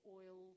oil